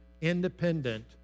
independent